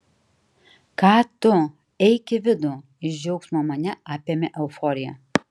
ką tu eik į vidų iš džiaugsmo mane apėmė euforija